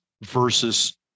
versus